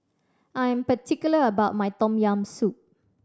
I am particular about my Tom Yam Soup